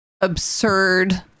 absurd